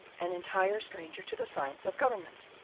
an entire stranger to the science of government,